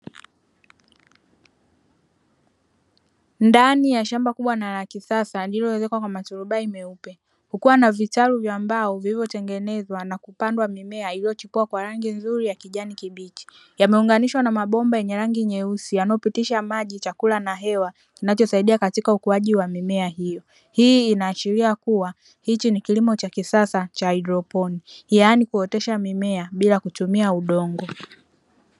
Ndani ya shamba kubwa na la kisasa lililoezekwa kwa maturubai meupe, kukiwa na vitaku vya mbao vilivyotengenezwa na kupandwa mimea iliyochipua kwa rangi nzuri ya kijani kibichi. Yameunganishwa na mabomba yenye rangi yanayopotisha: maji, chakula na hewa; kinachosaidia katika ukuaji wa mimea hiyo. Hii inaashiria kuwa hichi ni kilimo cha kisasa cha haidroponi, yaani kuotesha mimea bila kutumia udongo.